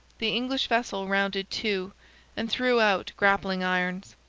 the english vessel rounded to and threw out grappling-irons.